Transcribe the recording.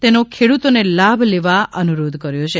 તેનો ખેડૂતોને લાભ લેવા અનુરોધ કર્યો છે